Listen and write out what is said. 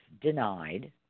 denied